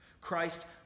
Christ